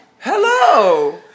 Hello